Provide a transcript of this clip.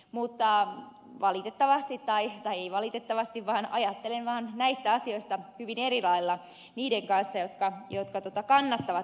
muutaman valitettavasti tai sitä ei ajattelen vaan näistä asioista hyvin eri lailla niiden kanssa jotka kannattavat turkistarhausta